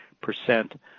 percent